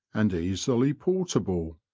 and easily portable.